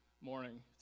morning